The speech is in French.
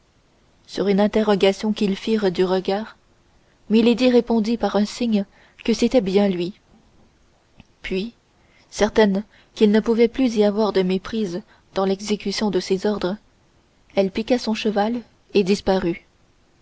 sur une interrogation qu'ils firent du regard milady répondit par un signe que c'était bien lui puis certaine qu'il ne pouvait plus y avoir de méprise dans l'exécution de ses ordres elle piqua son cheval et disparut